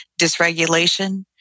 dysregulation